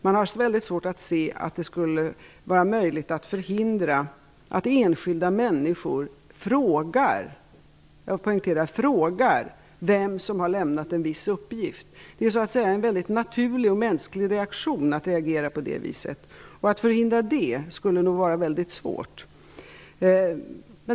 Man har väldigt svårt att se att det skulle vara möjligt att förhindra att enskilda människor frågar vem som har lämnat en viss uppgift. Det är så att säga en väldigt naturlig och mänsklig reaktion att handla på det viset. Att förhindra det skulle nog vara väldigt svårt.